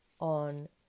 on